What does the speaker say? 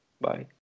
Bye